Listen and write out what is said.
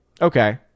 Okay